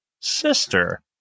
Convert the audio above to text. sister